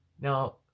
Now